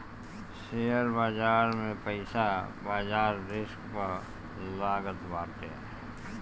share बाजार में पईसा बाजार रिस्क पअ लागत बाटे